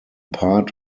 part